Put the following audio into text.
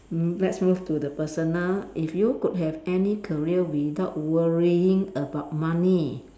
mm let's move to the personal if you could have any career without worrying about money